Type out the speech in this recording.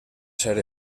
ser